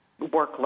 workload